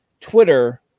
Twitter